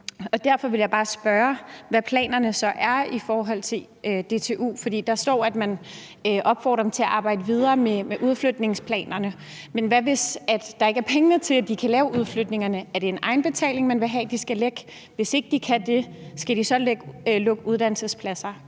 Derfor vil jeg bare spørge, hvad planen så er i forhold til DTU, for der står, at man opfordrer dem til at arbejde videre med udflytningsplanerne. Men hvad hvis pengene ikke er der til, at de kan lave udflytningerne? Er det en egenbetaling, man vil have de skal lægge? Hvis ikke de kan det, skal de så lukke uddannelsespladser?